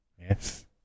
Yes